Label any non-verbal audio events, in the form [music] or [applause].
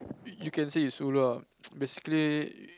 you you can say it's ulu ah [noise] basically